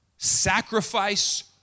sacrifice